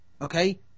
Okay